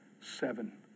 seven